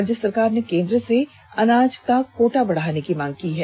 राज्य सरकार ने केंद्र से अनाज का कोटा बढ़ाने की भी मांग की है